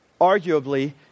arguably